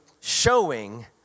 showing